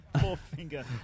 four-finger